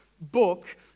book